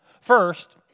first